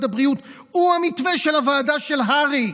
הבריאות הוא המתווה של הוועדה של הר"י,